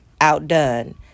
outdone